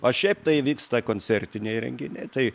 o šiaip tai vyksta koncertiniai renginiai tai